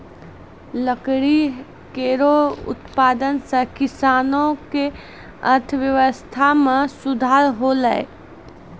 लकड़ी केरो उत्पादन सें किसानो क अर्थव्यवस्था में सुधार हौलय